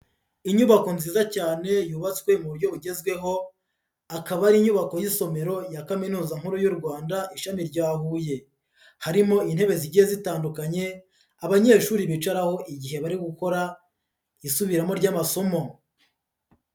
Inyubako nziza cyane yubatswe mu buryo bugezweho, akaba ari inyubako y'isomero ya Kaminuza nkuru y'u Rwanda ishami rya Huye, harimo intebe zigiye zitandukanye, abanyeshuri bicaraho igihe bari gukora isubiramo ry'amasomo.